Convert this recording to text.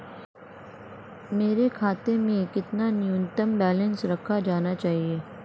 मेरे खाते में कितना न्यूनतम बैलेंस रखा जाना चाहिए?